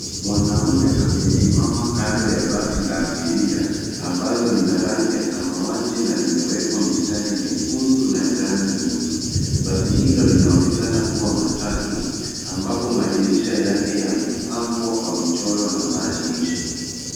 Mwanaume amesimama kando ya basi la abiria, ambalo lina rangi ya samawati na limewekwa mistari nyekundu na njano nyuma. Basi hilo linaonekana kuwa matatu, ambapo madirisha yake yamepambwa kwa michoro na maandishi.